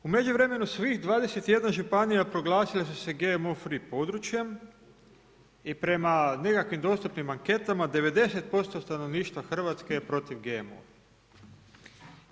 U međuvremenu svih 21 županija proglasile su se GMO free područjem i prema nekim dostupnim anketama 90% stanovništva Hrvatske je protiv GMO-a.